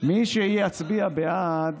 מי שיצביע בעד,